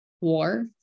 war